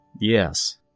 Yes